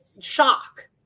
shock